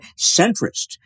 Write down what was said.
centrist